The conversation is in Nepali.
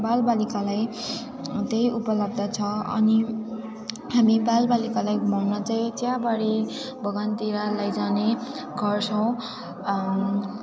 बालबालिकालाई त्यही उपलब्ध छ अनि हामी बालबालिकालाई घुमाउन चाहिँ चियाबारी बगानतिर लैजाने गर्छौँ